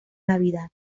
navidad